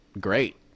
great